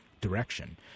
direction